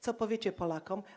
Co powiecie Polakom?